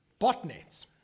botnets